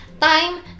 time